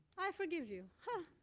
i forgive you. huh.